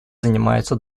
занимаются